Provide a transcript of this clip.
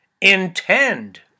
intend